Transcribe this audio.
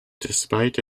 despite